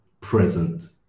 present